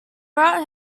route